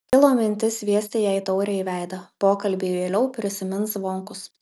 kilo mintis sviesti jai taurę į veidą pokalbį vėliau prisimins zvonkus